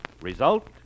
Result